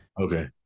Okay